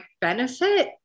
benefit